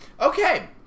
Okay